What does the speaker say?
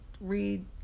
read